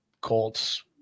Colts